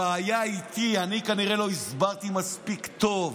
הבעיה איתי, אני כנראה לא הסברתי מספיק טוב.